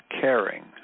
caring